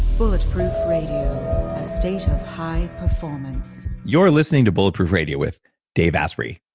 bulletproof radio. a state of high performance you're listening to bulletproof radio with dave asprey.